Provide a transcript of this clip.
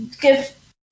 give